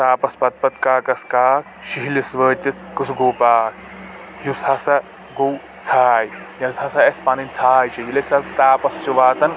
تاپس پتہٕ پتہٕ کاکس کاکھ شہلِس وأتِتھ کُس گوٚو باک یُس ہسا گوٚو ژھاے یُس ہسا اَسہِ پنٔنۍ ژھاے چھ ییٚلہِ أسۍ تاپس چھ واتان